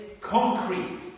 concrete